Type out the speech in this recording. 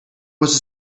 was